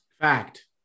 Fact